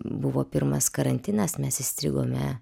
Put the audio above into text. buvo pirmas karantinas mes įstrigome